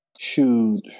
Shoot